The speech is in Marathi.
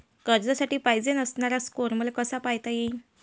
कर्जासाठी पायजेन असणारा स्कोर मले कसा पायता येईन?